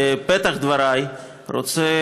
בפתח דברי אני רוצה,